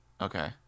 Okay